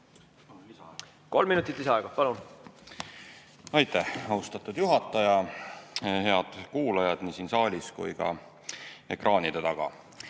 Kolm minutit lisaaega, palun! Aitäh, austatud juhataja! Head kuulajad nii siin saalis kui ka ekraanide taga!